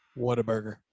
Whataburger